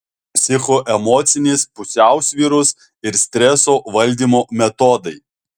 psichoemocinės pusiausvyros ir streso valdymo metodai